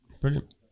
brilliant